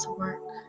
work